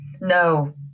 No